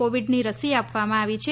કોવિડની રસી આપવામાં આવી છે